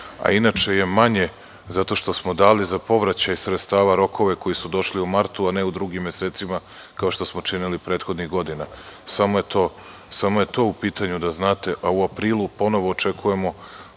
Inače je manje zato što smo dali za povraćaj sredstava rokove koji su došli u martu, a ne u drugim mesecima kao što smo činili prethodnih godina. Samo je to upitanju da znate. U aprilu ponovo očekujemo